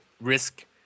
risk